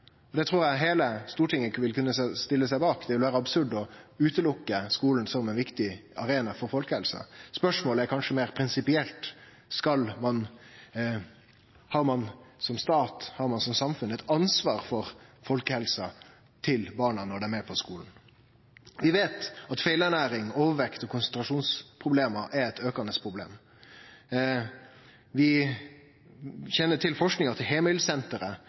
Det trur eg heile Stortinget vil kunne stille seg bak. Det vil vere absurd å utelukke skulen som ein viktig arena for folkehelsa. Spørsmålet er kanskje meir prinsipielt: Har ein som stat, som samfunn, eit ansvar for helsa til barna når dei er på skulen? Vi veit at feilernæring, overvekt og konsentrasjonsproblem er eit aukande problem. Vi kjenner til forskinga